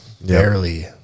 barely